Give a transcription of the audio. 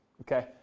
okay